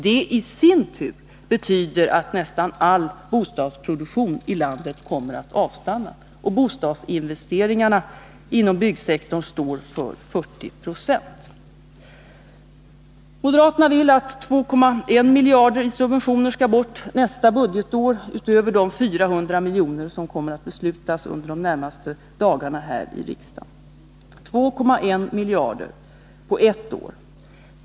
Det i sin tur betyder att nästan all bostadsproduktion i landet kommer att avstanna, och bostadsinvesteringarna inom byggsektorn står för 40 96. Moderaterna vill att 2,1 miljarder i subventioner skall bort nästa budgetår utöver de 400 miljoner som kommer att beslutas under de närmaste dagarna här i riksdagen. 2,1 miljarder på ett år!